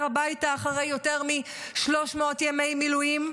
הביתה אחרי יותר מ-300 ימי מילואים,